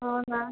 ହଁ ବା